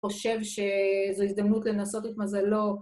חושב שזה הזדמנות לנסות את מזלו.